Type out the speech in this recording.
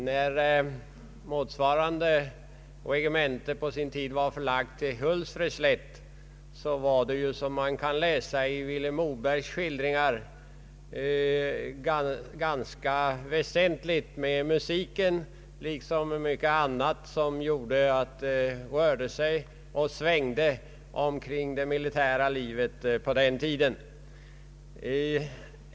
När motsvarande regemente på sin tid var förlagt till Hultsfredsslätt, var det — som vi kan läsa i Vilhelm Mobergs skildringar — ganska väsentligt med musiken liksom mycket annat som gjorde att det på denna tid rörde sig och svängde i det militära livet.